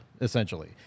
essentially